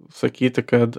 sakyti kad